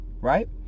Right